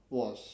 was